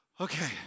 okay